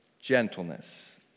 gentleness